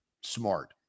Smart